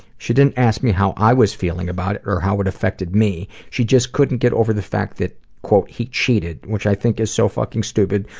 she didn't ask me how i was feeling about it, or how it affected me. she just couldn't get over the fact that he cheated, which i think is so fucking stupid,